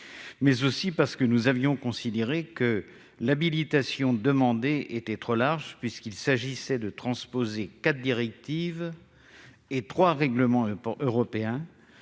Mais nous avions aussi considéré que l'habilitation demandée était trop large, puisqu'il s'agissait de transposer quatre directives et trois règlements européens